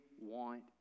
want